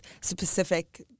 specific